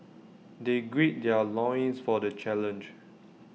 they gird their loins for the challenge